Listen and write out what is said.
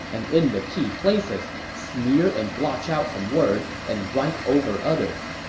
and in the key places, smear and blotch out some words and write over others.